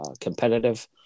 competitive